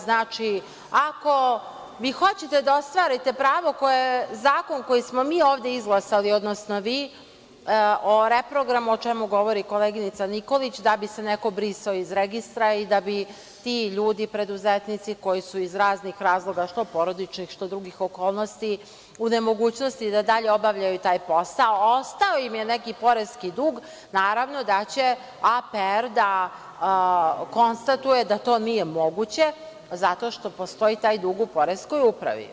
Znači, ako vi hoćete da ostvarite pravo a zakon koji smo mi ovde izglasali, odnosno vi, o reprogramu o čemu govori koleginica Nikolić, da bi se neko brisao iz registra i da bi ti ljudi preduzetnici koji su iz raznih razloga, što porodičnih što drugih okolnosti, u nemogućnosti da dalje obavljaju taj posao, a ostao im je neki poreski dug, naravno, da će APR da konstatuje da to nije moguće, zato što postoji taj dug u poreskoj upravi.